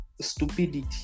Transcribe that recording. stupidity